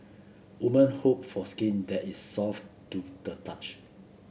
women hope for skin that is soft to the touch